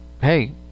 hey